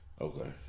Okay